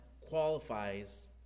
qualifies